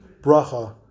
bracha